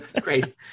great